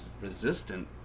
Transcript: resistant